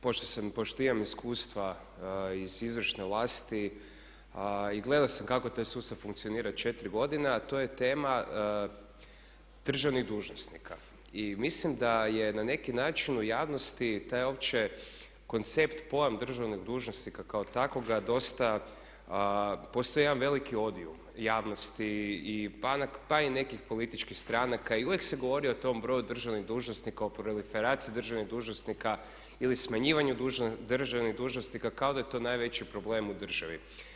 Pošto imam iskustva iz izvršne vlasti i gledao sam kako taj sustav funkcionira 4 godine a to je tema državnih dužnosnika i mislim da je na neki način u javnosti taj uopće koncept, pojam državnih dužnosnika kao takvoga dosta postoji jedan veliki odio u javnosti i nekih političkih stranaka i uvijek se govori o tom broju državnih dužnosnika o proliferaciji državnih dužnosnika ili smanjivanju državnih dužnosnika kao da je to najveći problem u državi.